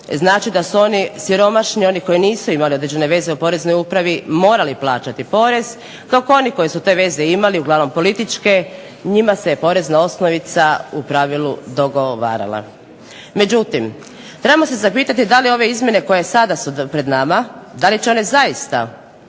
znači da su oni siromašni, oni koji nisu imali određene veze u poreznoj upravi morali plaćati porez, dok oni koji su te veze imali uglavnom političke, njima se porezna osnovica u pravilu dogovarala. Međutim trebamo se zapitati da li ove izmjene koje sada su pred nama, da li će one zaista